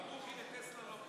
עברה בקריאה ראשונה,